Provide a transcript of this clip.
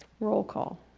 roll call.